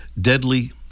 deadly